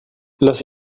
las